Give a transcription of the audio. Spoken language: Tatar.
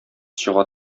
чыга